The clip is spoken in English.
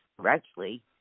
correctly